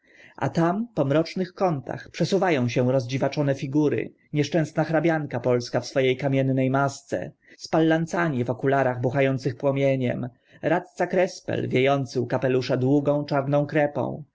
a tam po mrocznych kątach przesuwa ą się rozdziwaczone figury nieszczęsna hrabianka polska w swo e kamienne masce spallanzani w okularach bucha ących płomieniem radca krespel wie ący u kapelusza długą czarną krepą